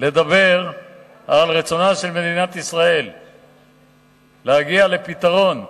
לדבר על רצונה של מדינת ישראל להגיע לפתרון פה,